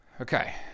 Okay